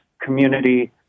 community